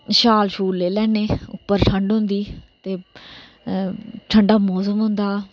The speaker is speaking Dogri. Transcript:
अस शाल बगैरा लेई लैन्ने उप्पर शैल ठंड होंदी ते ठंडा मौसम होंदा